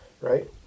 right